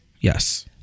Yes